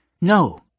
No